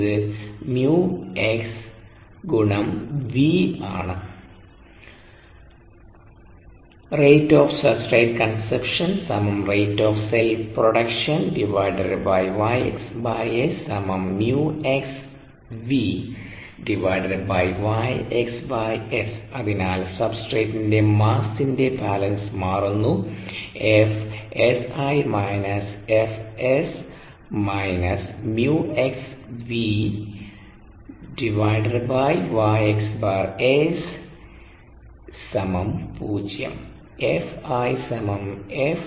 ഇത് 𝜇𝑥𝑉 ആണ് അതിനാൽ സബ്സ്ട്രേറ്റിന്റെ മാസ്സിന്റെ ബാലൻസ് മാറുന്നു Fi F0 F